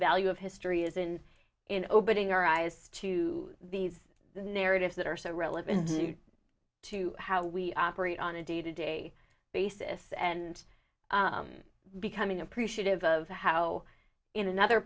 value of history isn't in opening our eyes to these narratives that are so relevant to how we operate on a day to day basis and becoming appreciative of how in another